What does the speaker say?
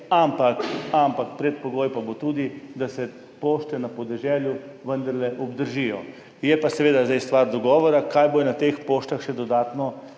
ampak predpogoj bo tudi, da se pošte na podeželju vendarle obdržijo. Je pa seveda zdaj stvar dogovora, kaj bodo na teh poštah uslužbenci